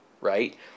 right